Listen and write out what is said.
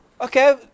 Okay